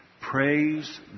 Praise